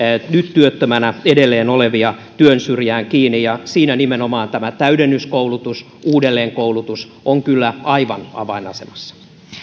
työttömänä edelleen olevia työn syrjään kiinni ja siinä nimenomaan tämä täydennyskoulutus ja uudelleenkoulutus ovat kyllä aivan avainasemassa